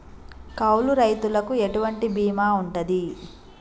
కౌలు రైతులకు ఎటువంటి బీమా ఉంటది?